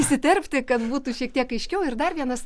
įsiterpti kad būtų šiek tiek aiškiau ir dar vienas